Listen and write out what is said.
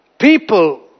People